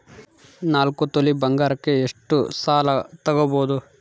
ನಾಲ್ಕು ತೊಲಿ ಬಂಗಾರಕ್ಕೆ ಎಷ್ಟು ಸಾಲ ತಗಬೋದು?